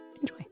Enjoy